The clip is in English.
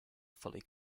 fully